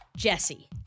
Jesse